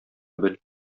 бел